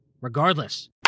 regardless